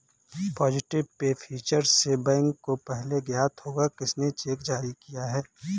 positive pay feature से bank को पहले ज्ञात होगा किसने चेक जारी किया है